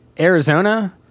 arizona